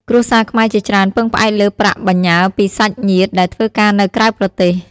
គ្រួសារខ្មែរជាច្រើនពឹងផ្អែកលើប្រាក់បញ្ញើពីសាច់ញាតិដែលធ្វើការនៅក្រៅប្រទេស។